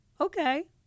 Okay